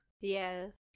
Yes